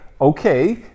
okay